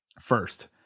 First